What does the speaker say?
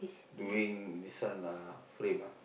doing need this one uh frame ah